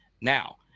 Now –